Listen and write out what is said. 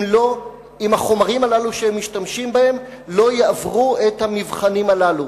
אם החומרים הללו שמשתמשים בהם לא יעברו את המבחנים הללו.